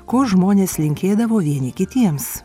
ko žmonės linkėdavo vieni kitiems